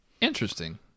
Interesting